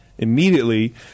immediately